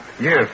Yes